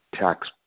tax